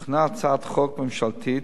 הוכנה הצעת חוק ממשלתית,